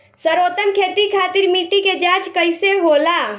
सर्वोत्तम खेती खातिर मिट्टी के जाँच कईसे होला?